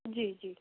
जी जी